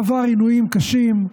עבר עינויים קשים,